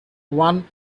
one